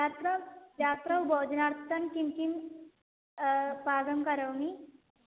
तत्र रात्रौ भोजनार्थं किं किं पाकं करोमि